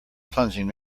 plunging